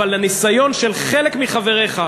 אבל הניסיון של חלק מחבריך,